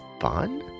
fun